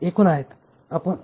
एकूण आहेत